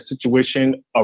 situation